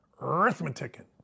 arithmetic